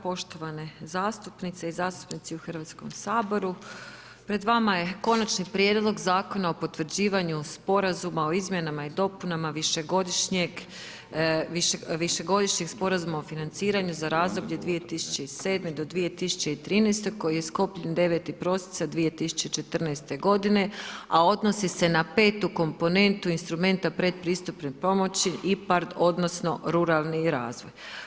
Poštovane zastupnice i zastupnici u Hrvatskom saboru, pred vama je Konačni prijedlog Zakona o potvrđivanju sporazuma o izmjenama i dopunama višegodišnjeg sporazuma o financiranju za razdoblje 2007.-2013. koje je sklopljen 9. prosinca 2014. godine, a odnosi se na petu komponentu instrumenta predpristupne pomoći i ... odnosno ruralni razvoj.